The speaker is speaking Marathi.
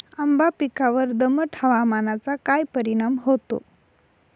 आंबा पिकावर दमट हवामानाचा काय परिणाम होतो?